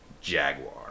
Jaguar